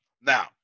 Now